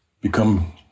become